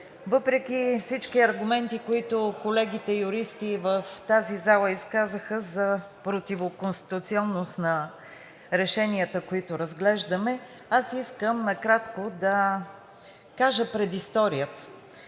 въпреки всички аргументи, които колегите юристи в тази зала изказаха за противоконституционност на решенията, които разглеждаме, искам накратко да кажа предисторията,